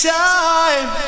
time